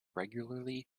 regularly